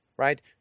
Right